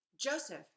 Joseph